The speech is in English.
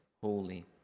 holy